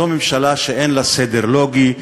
זו ממשלה שאין לה סדר לוגי,